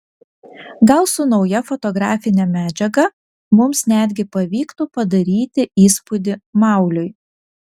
gal su nauja fotografine medžiaga mums netgi pavyktų padaryti įspūdį mauliui